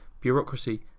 bureaucracy